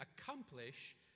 accomplish